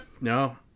No